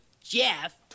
Jeff